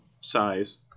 size